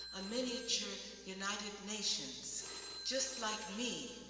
a miniature united nations just like me,